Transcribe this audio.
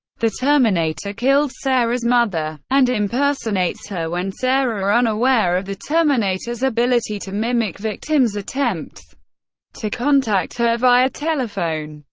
the terminator kills sarah's mother and impersonates her when sarah, unaware of the terminator's ability to mimic victims, attempts to contact her via telephone.